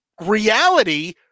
reality